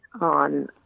on